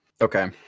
Okay